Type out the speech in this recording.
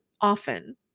often